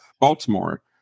baltimore